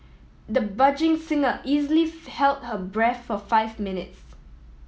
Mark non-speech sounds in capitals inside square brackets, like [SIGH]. the budding singer easily [UNINTELLIGIBLE] held her breath for five minutes